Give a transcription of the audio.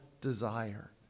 desire